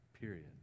period